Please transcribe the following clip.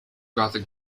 gothic